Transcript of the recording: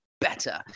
better